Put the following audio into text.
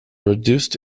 reduced